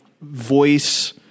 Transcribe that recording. voice